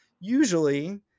usually